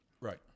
Right